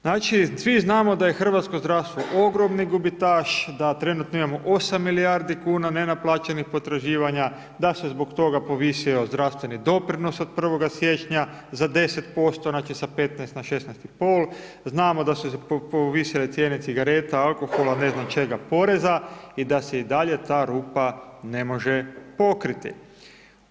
Znači svi znamo da je hrvatsko zdravstvo ogromni gubitaš, da trenutno imamo 8 milijardi kuna nenaplaćenih potraživanja, da se zbog toga povisio zdravstveni doprinos od 1. siječnja za 10%, znači sa 15 na 16,5, znamo da su se povisile cijena cigareta, alkohola, ne znam čega, poreza i da se i dalje ta rupa ne može pokriti.